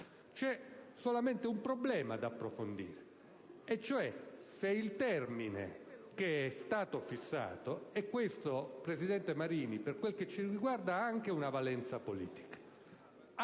C'è solo un problema da approfondire: se il termine che è stato fissato ‑ questo, presidente Marini, per quel che ci riguarda, ha anche una valenza politica